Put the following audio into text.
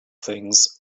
things